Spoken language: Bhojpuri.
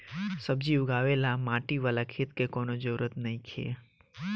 सब्जी उगावे ला माटी वाला खेत के कवनो जरूरत नइखे